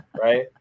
Right